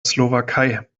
slowakei